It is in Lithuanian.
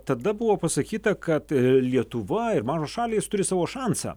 tada buvo pasakyta kad lietuva ir mažos šalys turi savo šansą